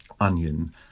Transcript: onion